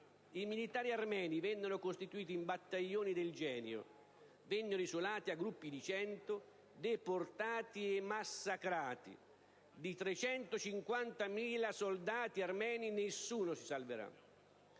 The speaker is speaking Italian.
I militari armeni vennero costituiti in battaglioni del genio: vennero isolati a gruppi di 100, deportati e massacrati. Di 350.000 soldati armeni, nessuno si salverà.